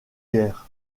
guerres